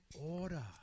Order